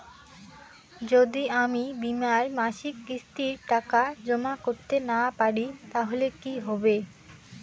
যদি আমি বীমার মাসিক কিস্তির টাকা জমা করতে না পারি তাহলে কি হবে?